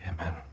Amen